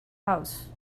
house